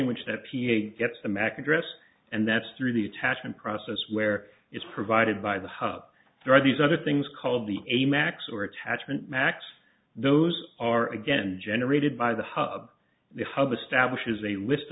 in which that p eight gets the mac address and that's through the attachment process where it's provided by the hub there are these other things called the a max or attachment max those are again generated by the hub the hub establishes a list